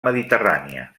mediterrània